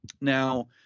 now